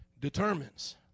determines